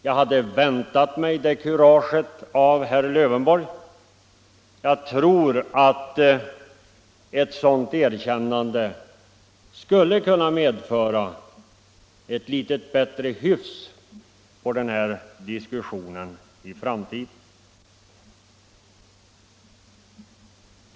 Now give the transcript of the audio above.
Jag hade väntat mig det kuraget av herr Lövenborg, och jag tror att ett sådant erkännande skulle kunna medföra litet bättre hyfs på den här diskussionen i framtiden.